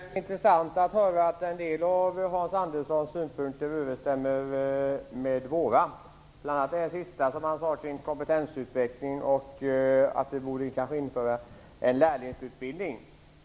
Fru talman! Det är intressant att höra att en del av Hans Anderssons synpunkter överensstämmer med våra. Bl.a. avser jag det sista som han sade om kompetensutvecklingen och om att vi kanske borde införa lärlingsutbildning.